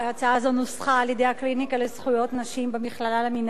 הצעה זו נוסחה על-ידי הקליניקה לזכויות נשים במכללה למינהל